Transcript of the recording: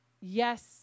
Yes